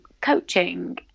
coaching